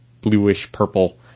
bluish-purple